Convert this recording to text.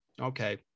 okay